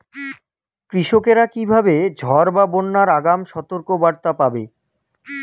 কৃষকেরা কীভাবে ঝড় বা বন্যার আগাম সতর্ক বার্তা পাবে?